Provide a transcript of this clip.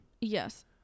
Yes